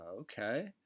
okay